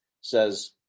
says